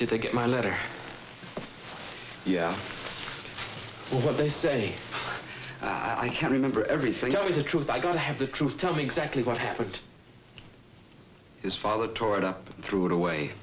did they get my letter yeah what they say i can remember everything only the truth i got to have the truth tell me exactly what happened his father tore it up and threw it away